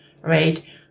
Right